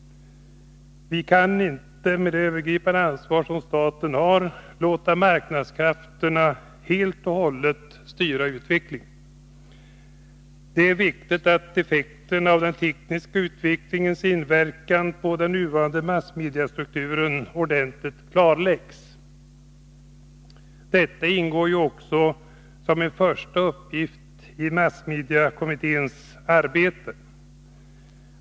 Vi kan inte, med det övergripande ansvar som staten har, låta marknadskrafterna helt och hållet styra utvecklingen. Det är viktigt att effekterna av den tekniska utvecklingens inverkan på den nuvarande massmediestrukturen ordentligt klarläggs. Detta ingår också som en första uppgift i massmediekommitténs arbete.